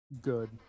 good